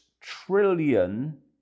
trillion